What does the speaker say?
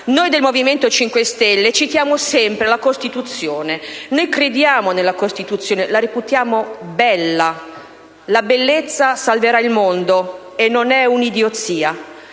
Noi del Movimento 5 Stelle citiamo sempre la Costituzione; noi crediamo nella Costituzione, la reputiamo bella; «La bellezza salverà il mondo», e non è un'idiozia.